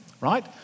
right